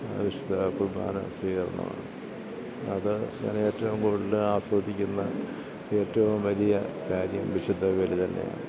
വിശുദ്ധ കുർബ്ബാന സ്വീകരണമാണ് അത് ഞാൻ ഏറ്റവും കൂടുതൽ ആസ്വദിക്കുന്ന ഏറ്റവും വലിയ കാര്യം വിശുദ്ധ ബലി തന്നെ ആണ്